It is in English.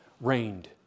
reigned